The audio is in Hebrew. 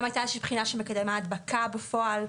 הייתה איזושהי בחינה של מקדם ההדבקה בפועל.